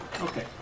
Okay